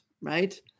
right